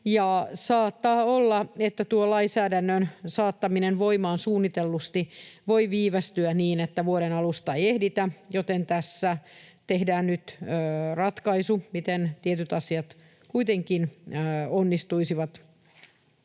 ja saattaa olla, että tuon lainsäädännön saattaminen voimaan suunnitellusti voi viivästyä niin, että vuoden alusta ei ehditä, joten tässä tehdään nyt ratkaisu, miten tietyt asiat kuitenkin onnistuisivat.